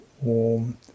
warm